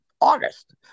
August